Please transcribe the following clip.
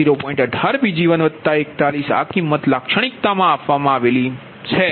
18Pg141 આ કિંમત લાક્ષણિકતા આપવામાં આવ્યું છે